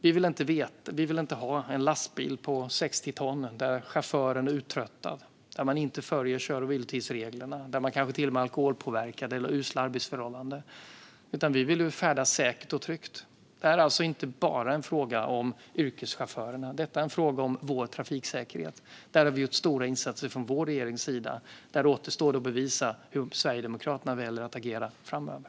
Vi vill inte råka ut för en uttröttad chaufför som inte följer kör och vilotidsreglerna, som har usla arbetsförhållanden eller som kanske till och med är alkoholpåverkad, utan vi vill färdas säkert och tryggt. Det här är alltså inte bara en fråga om yrkeschaufförerna, utan det är även en fråga om vår trafiksäkerhet. Där har vi i regeringen gjort stora insatser. Det återstår för Sverigedemokraterna att visa hur de vill agera framöver.